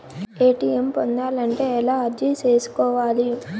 ATM పొందాలంటే ఎలా అర్జీ సేసుకోవాలి?